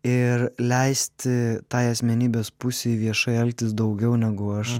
ir leisti tai asmenybės pusei viešai elgtis daugiau negu aš dažnai sau leidžiu